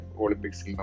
Olympics